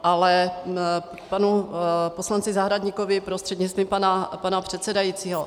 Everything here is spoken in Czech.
Ale k panu poslanci Zahradníkovi prostřednictvím pana předsedajícího.